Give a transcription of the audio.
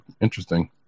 interesting